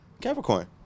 Capricorn